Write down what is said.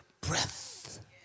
breath